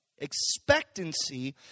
Expectancy